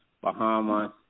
Bahamas